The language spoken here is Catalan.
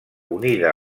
unida